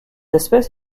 espèce